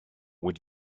would